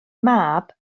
mab